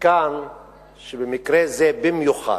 מכאן שבמקרה זה במיוחד,